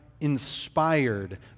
inspired